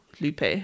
Lupe